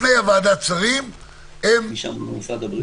לבין משפחה שפוטנציאל ההידבקות שלה יכול להגיע לעשר נפשות,